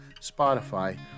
Spotify